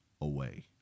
away